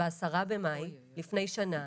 הנוהל יצא ב-10 במאי לפני שנה,